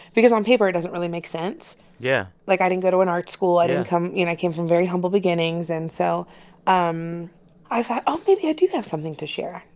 because on paper, it doesn't really make sense yeah like, i didn't go to an art school. i didn't come. yeah you know, i came from very humble beginnings. and so um i thought, oh, maybe i do have something to share.